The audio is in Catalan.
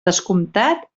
descomptat